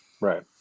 Right